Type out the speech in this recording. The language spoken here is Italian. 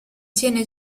tiene